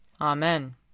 Amen